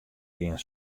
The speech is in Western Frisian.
gean